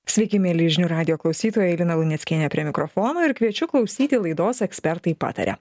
sveiki mieli žinių radijo klausytojai lina luneckienė prie mikrofono ir kviečiu klausyti laidos ekspertai pataria